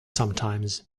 sometimes